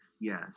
yes